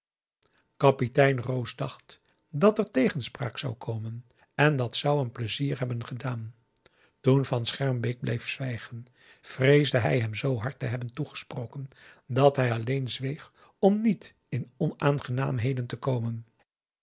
kapitein roos dacht dat er tegenspraak zou komen en dat zou hem pleizier hebben gedaan toen van schermbeek bleef zwijgen vreesde hij hem zoo hard te hebben toegesproken dat hij alleen zweeg om niet in onaangenaamheden te komen